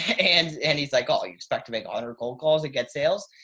and, and he's like, all you expect to make a hundred cold calls, it gets sales.